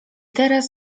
teraz